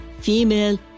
female